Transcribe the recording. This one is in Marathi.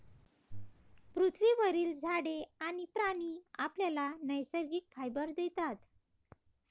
पृथ्वीवरील झाडे आणि प्राणी आपल्याला नैसर्गिक फायबर देतात